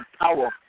power